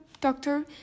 doctor